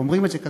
ואומרים את זה,